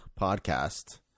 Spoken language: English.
podcast